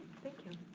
thank you.